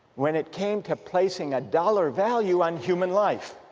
when it came to placing a dollar value on human life